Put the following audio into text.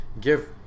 Give